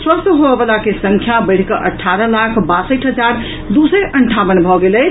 स्वस्थ होबयवला के संख्या बढ़िकऽ अठारह लाख बासठि हजार दू सय अंठावन भऽ गेल अछि